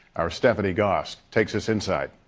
our stephanie gosk takes us inside.